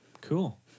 Cool